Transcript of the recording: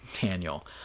Daniel